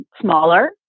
Smaller